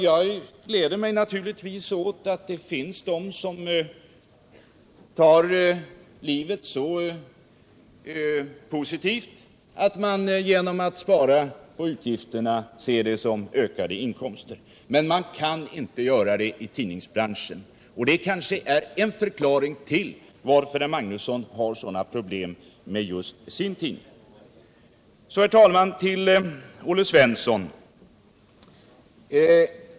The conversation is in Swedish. Jag gläder mig naturligtvis åt att det finns de som tar livet så positivt att de ser sparade utgifter som ökade inkomster. Men man kan inte göra det i tidningsbranschen, och det kanske är en förklaring till att herr Magnusson har sådana problem med just sin tidning. Sedan, herr talman, till Olle Svensson.